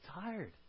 tired